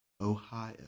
Ohio